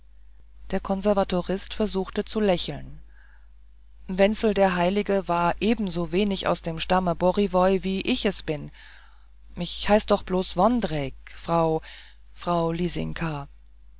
der konservatorist versuchte zu lächeln wenzel der heilige war ebensowenig aus dem stamme boriwoj wie ich es bin ich heiß doch bloß vondrejc frau frau